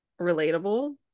relatable